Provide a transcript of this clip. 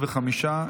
25,